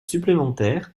supplémentaire